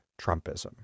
Trumpism